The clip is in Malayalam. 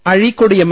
M Azhikode M